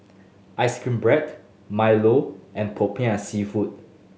Ice Cream Bread Milo and Popiah Seafood